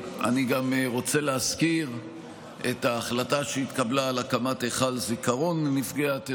אני רוצה להזכיר גם את ההחלטה שהתקבלה להקמת היכל זיכרון לנפגעי הטרור.